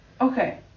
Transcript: okay